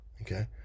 okay